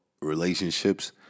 relationships